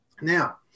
now